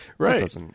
Right